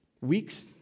weeks